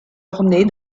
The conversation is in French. ornée